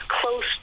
close